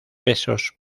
pesos